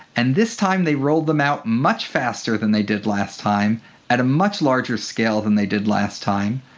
and this time they rolled them out much faster than they did last time at a much larger scale than they did last time.